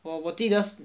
我我记得